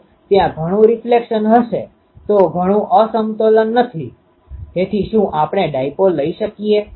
તમામ ત્રિજ્યામાંથી કિરણો કે જે આવશ્યકરૂપે સમાંતર હોય છે અને મેં પહેલેથી જ લખ્યું છે કે Rir arri તરીકે લખી શકું છું